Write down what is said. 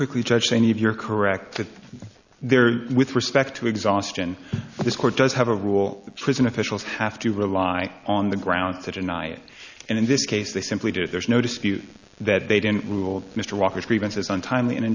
quickly judge saini if you're correct that there with respect to exhaustion this court does have a rule that prison officials have to rely on the ground to deny it and in this case they simply do there's no dispute that they didn't rule mr walker's grievances untimely and